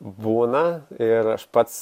būna ir aš pats